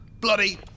Bloody